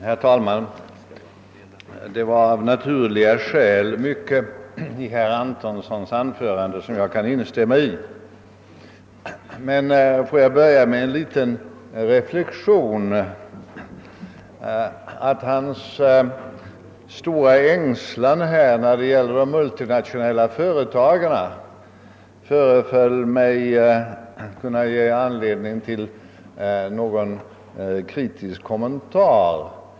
Herr talman! Det var av naturliga skäl mycket i herr Antonssons anförande som jag kan instämma i, men får jag börja med att helt kort säga, att hans stora ängslan för de multinationella företagen kan ge anledning till en något kritisk kommentar.